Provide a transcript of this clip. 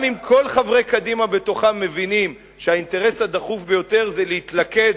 גם אם כל חברי קדימה בתוכם מבינים שהאינטרס הדחוף ביותר זה להתלכד